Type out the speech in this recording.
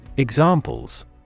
Examples